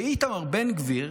שאיתמר בן גביר